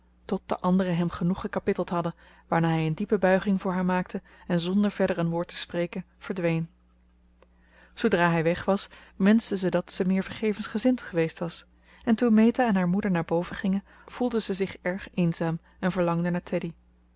tot de anderen hem genoeg gekapitteld hadden waarna hij een diepe buiging voor haar maakte en zonder verder een woord te spreken verdween zoodra hij weg was wenschte ze dat zij meer vergevensgezind geweest was en toen meta en haar moeder naar boven gingen voelde ze zich erg eenzaam en verlangde